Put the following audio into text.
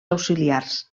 auxiliars